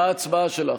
מה ההצבעה שלך?